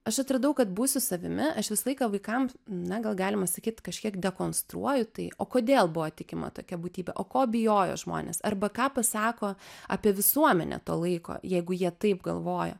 aš atradau kad būsiu savimi aš visą laiką vaikam na gal galima sakyt kažkiek dekonstruoju tai o kodėl buvo tikima tokia būtybe o ko bijojo žmonės arba ką pasako apie visuomenę to laiko jeigu jie taip galvojo